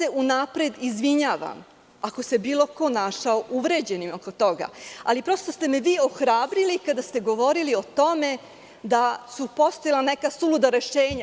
Unapred se izvinjavam ako se bilo ko našao uvređenim oko toga, ali prosto ste me vi ohrabrili kada ste govorili o tome da su postojala neka suluda rešenja.